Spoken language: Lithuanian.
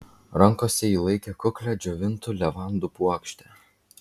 rankose ji laikė kuklią džiovintų levandų puokštę